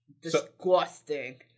Disgusting